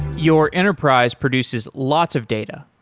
your enterprise produces lots of data,